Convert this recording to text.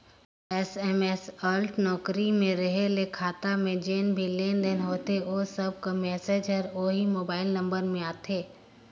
SMS alert नउकरी में रहें ले खाता में जेन भी लेन देन होथे ओ सब कर मैसेज हर ओही मोबाइल नंबर में आथे